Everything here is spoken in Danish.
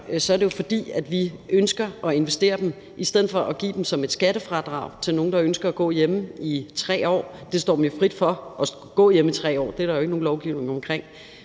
så er det, fordi vi ønsker at investere dem i stedet for at give dem som et skattefradrag til nogle, der ønsker at gå hjemme i 3 år. Det står dem jo frit for at gå hjemme i 3 år. Det er der jo ikke er nogen lovgivning om.